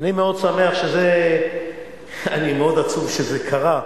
אני מאוד עצוב שזה קרה,